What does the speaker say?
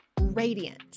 radiant